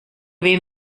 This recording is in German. wem